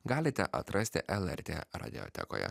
galite atrasti lrt radiotekoje